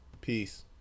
peace